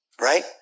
right